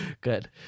Good